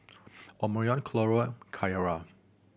Omarion Carlo Ciarra